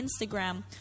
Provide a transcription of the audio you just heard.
Instagram